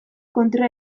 kontra